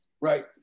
Right